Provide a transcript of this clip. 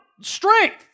strength